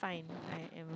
it's fine